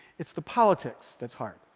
it's the politics that's hard,